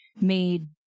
made